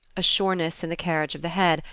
a sureness in the carriage of the head,